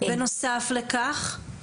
בנוסף לכך,